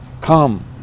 come